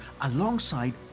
alongside